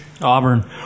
Auburn